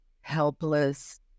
helpless